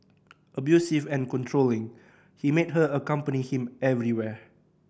abusive and controlling he made her accompany him everywhere